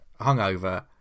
hungover